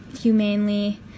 humanely